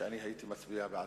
שהייתי מצביע בעדך.